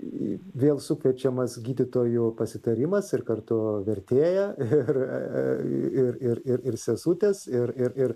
vėl sukviečiamas gydytojų pasitarimas ir kartu vertėja ir ir ir ir sesutės ir ir ir